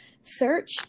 search